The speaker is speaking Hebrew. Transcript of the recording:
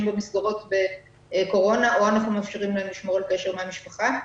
במסגרות בקורונה או שאנחנו מאפשרים להם לשמור קשר עם המשפחה.